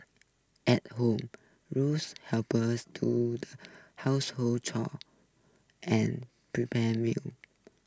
at home rules helpers to household chores and prepare meals